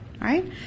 right